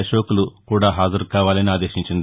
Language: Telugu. అశోక్లు కూడా హాజరుకావాలని ఆదేశించింది